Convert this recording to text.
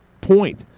point